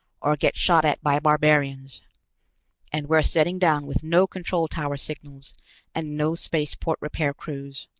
or get shot at by barbarians and we're setting down with no control-tower signals and no spaceport repair crews.